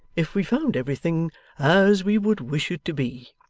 if we found everything as we would wish it to be